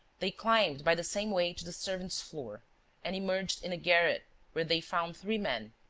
they climbed by the same way to the servants' floor and emerged in a garret where they found three men,